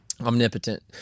omnipotent